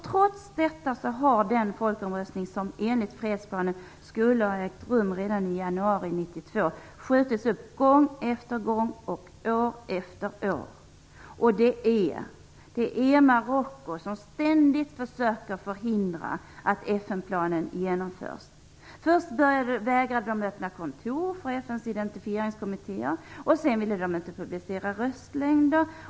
Trots detta har den folkomröstning som enligt fredsplanen skulle ha ägt rum redan i januari 1992 skjutits upp gång efter gång och år efter år. Från marockansk sida försöker man ständigt förhindra att FN-planen genomförs. Först vägrade man öppna kontor för FN:s identifieringskommitté. Sedan ville man inte justera röstlängder.